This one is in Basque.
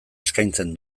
eskaintzen